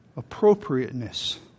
appropriateness